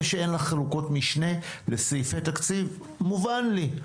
זה שאין לך חלוקות משנה לסעיפי תקציב, מובן לי.